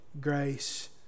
grace